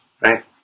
Right